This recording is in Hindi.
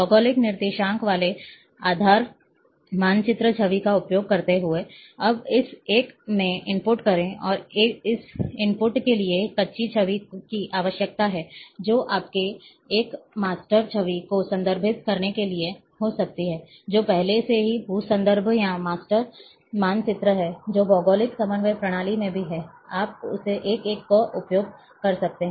भौगोलिक निर्देशांक वाले आधार मानचित्र छवि का उपयोग करते हुए अब इस एक में इनपुट करें और इस इनपुट के लिए कच्ची छवि की आवश्यकता है जो आपको एक मास्टर छवि को संदर्भित करने के लिए हो सकती है जो पहले से ही भू संदर्भ या मास्टर मानचित्र है जो भौगोलिक समन्वय प्रणालियों में भी है आप उस एक का उपयोग कर सकते हैं